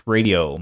Radio